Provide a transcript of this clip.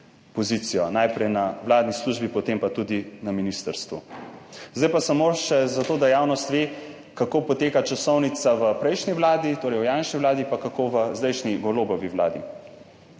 pozicijo, najprej na vladni službi, potem pa tudi na ministrstvu. Zdaj pa samo še zato, da javnost ve, kako je potekala časovnica v prejšnji vladi, torej v Janševi vladi, pa kako poteka v zdajšnji Golobovi vladi.